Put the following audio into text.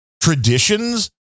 traditions